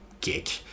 kick